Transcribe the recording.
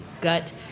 gut